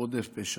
רודף פשע.